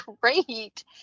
great